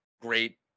great